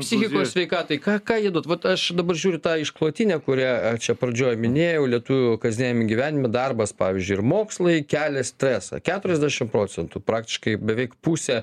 psichikos sveikatai ką ką jie duotų vat aš dabar žiūriu tą išklotinę kurią čia pradžioj minėjau lietuvių kasdieniam gyvenime darbas pavyzdžiui ir mokslai kelia stresą keturiasdešimt procentų praktiškai beveik pusė